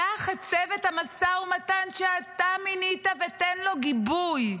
שלח את צוות המשא ומתן שאתה מינית ותן לו גיבוי.